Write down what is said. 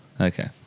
Okay